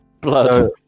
Blood